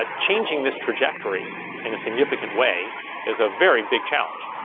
ah changing this trajectory in a significant way is a very big challenge,